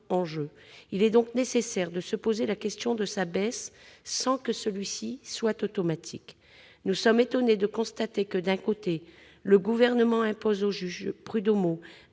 en jeu. Il est donc nécessaire de se poser la question de sa baisse, sans que celle-ci soit automatique. Nous sommes étonnés de constater que, d'un côté, le Gouvernement impose aux juges prud'homaux